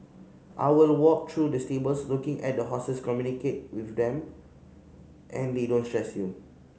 I will walk through the stables looking at the horses communicate with them and they don't stress you